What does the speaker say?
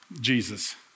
Jesus